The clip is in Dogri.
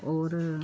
होर